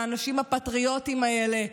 שהאנשים הפטריוטים האלה,